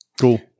Cool